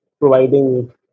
providing